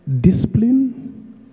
discipline